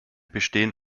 bestehen